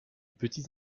petite